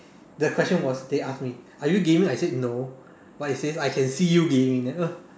the question was they ask me are you gaming I said no but it says I can see you gaming